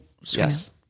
yes